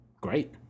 great